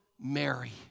Mary